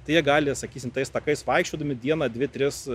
tai jie gali sakysim tais takais vaikščiodami dieną dvi tris